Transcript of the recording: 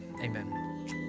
amen